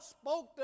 spoke